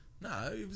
No